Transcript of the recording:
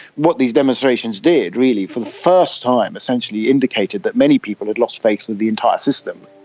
what these demonstrations did really for the first time essentially indicated that many people had lost faith with the entire system.